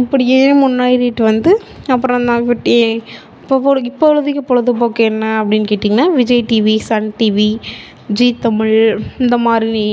இப்படியே முன்னேறிகிட்டு வந்து அப்புறம் நம்ம டி இப்போ பொழு இப்பொழுதிக்கு பொழுதுபோக்கு என்ன அப்படின்னு கேட்டீங்கன்னால் Vijay TV Sun TV Zee Tamil இந்த மாதிரி